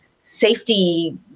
safety